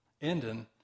ending